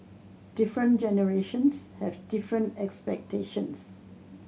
different generations have different expectations